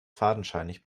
fadenscheinig